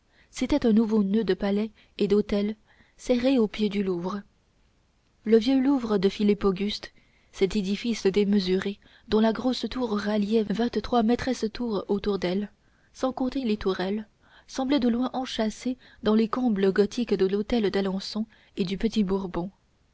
c'était un nouveau noeud de palais et d'hôtels serrés aux pieds du louvre le vieux louvre de philippe auguste cet édifice démesuré dont la grosse tour ralliait vingt-trois maîtresses tours autour d'elle sans compter les tourelles semblait de loin enchâssé dans les combles gothiques de l'hôtel d'alençon et du